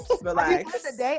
Relax